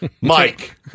Mike